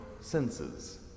senses